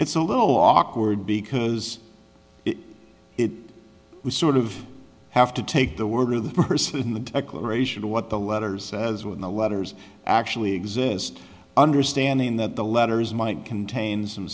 it's a little awkward because it was sort of have to take the word of the person in the declaration of what the letters in the letters actually exist understanding that the letters might contain some